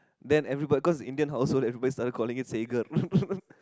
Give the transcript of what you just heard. then everybody cause Indian household everybody started calling it Seger